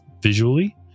visually